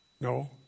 No